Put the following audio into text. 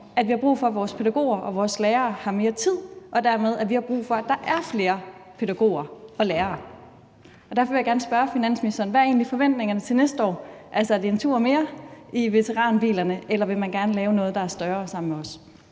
at vi har brug for, at vores pædagoger og vores lærere har mere tid, og dermed, at vi har brug for, at der er flere pædagoger og lærere. Derfor vil jeg gerne spørge finansministeren: Hvad er egentlig forventningerne til næste år? Altså, er det en tur mere i veteranbilerne, eller vil man gerne lave noget, der er større, sammen med os?